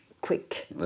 quick